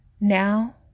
Now